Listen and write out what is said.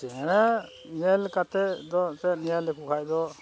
ᱪᱮᱬᱮ ᱧᱮᱞ ᱠᱟᱛᱮᱫ ᱫᱚ ᱮᱱᱛᱮᱫ ᱧᱮᱞ ᱞᱮᱠᱚ ᱠᱷᱟᱱ ᱫᱚ